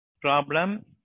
problem